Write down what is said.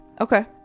Okay